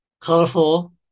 colorful